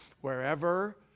wherever